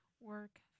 work